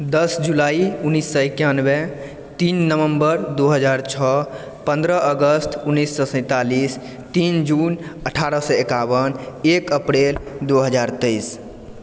दस जुलाइ उन्नीससँ एकानबे तीन नवम्बर दू हजार छओ पन्द्रह अगस्त उन्नीससँ सैंतालीस तीन जून अठारह सए एकाबन एक अप्रेल दू हजार तेइस